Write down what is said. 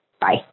Bye